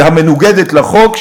המנוגדת לחוק,